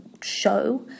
show